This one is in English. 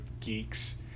geeks